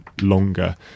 longer